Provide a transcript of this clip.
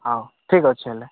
ହଉ ଠିକ୍ ଅଛି ହେଲେ